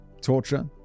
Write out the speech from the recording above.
torture